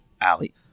alley